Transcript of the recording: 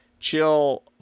Chill